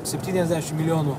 septyniasdešim milijonų